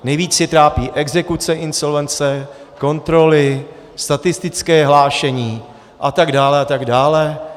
Nejvíc je trápí exekuce, insolvence, kontroly, statistická hlášení a tak dále, a tak dále.